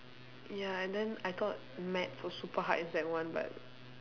ya and then I thought maths was super hard in sec one but